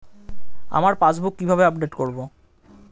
আমার পাসবুক কিভাবে আপডেট করবো?